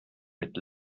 mit